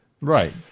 Right